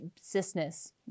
cisness